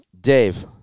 Dave